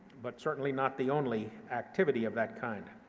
but certainly not the only activity of that kind.